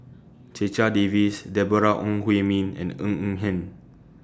Checha Davies Deborah Ong Hui Min and Ng Eng Hen